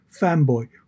fanboy